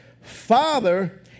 Father